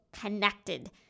connected